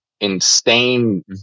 insane